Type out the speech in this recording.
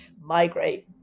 migrate